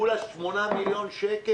בסך הכול 8 מיליון שקל.